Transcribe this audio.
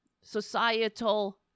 societal